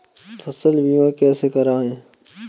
फसल बीमा कैसे कराएँ?